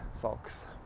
folks